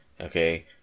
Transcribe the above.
okay